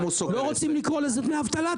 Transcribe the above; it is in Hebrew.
לא רוצים לקרוא לזה דמי אבטלה?